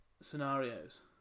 scenarios